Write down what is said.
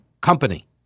company